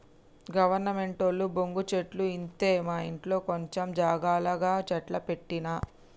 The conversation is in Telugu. గవర్నమెంటోళ్లు బొంగు చెట్లు ఇత్తె మాఇంట్ల కొంచం జాగల గ చెట్లు పెట్టిన